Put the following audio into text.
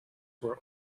were